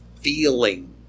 feeling